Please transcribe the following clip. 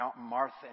Martha